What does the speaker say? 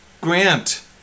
Grant